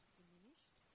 diminished